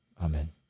Amen